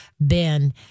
Ben